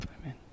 Amen